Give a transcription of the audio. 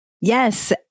Yes